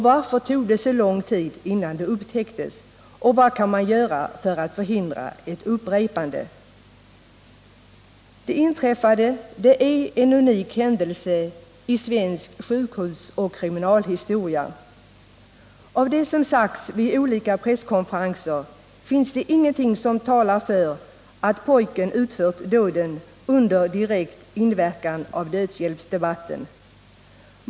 Varför tog det så lång tid, innan det upptäcktes? Vad kan man göra för att förhindra ett upprepande? Det inträffade är en unik händelse i svensk sjukhusoch kriminalhistoria. Av det som sagts vid olika presskonferenser finns det ingenting som talar för att pojken utfört dåden under direkt inverkan av dödshjälpsdebatten.